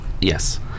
Yes